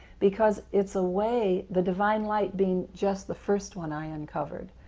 because it's a way the divine light being just the first one i uncovered